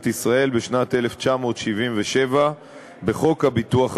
ישראל בשנת 1977 בחוק הביטוח הלאומי.